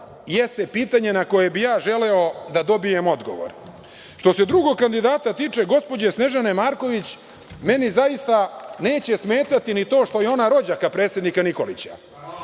jeste pitanje na koje bih ja želeo da dobijem odgovor. Što se drugog kandidata tiče, gospođe Snežane Marković, meni zaista neće smetati ni to što je ona rođaka predsednika Nikolića